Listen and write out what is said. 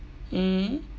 mm